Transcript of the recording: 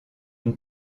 une